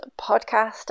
podcast